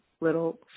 little